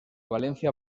valencia